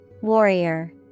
Warrior